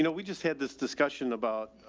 you know we just had this discussion about,